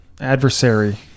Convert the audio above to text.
Adversary